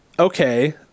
Okay